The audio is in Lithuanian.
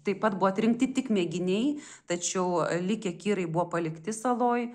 taip pat buvo atrinkti tik mėginiai tačiau likę kirai buvo palikti saloj